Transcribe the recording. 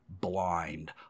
blind